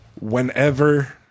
Whenever